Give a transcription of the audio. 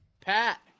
Pat